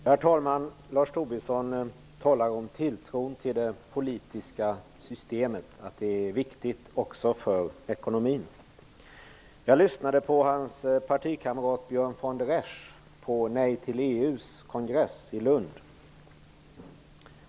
Herr talman! Lars Tobisson talade om att tilltron till det politiska systemet är viktig också för ekonomin. Jag lyssnade på hans partikamrat Björn von der Esch på Nej till EU:s kongress i Lund.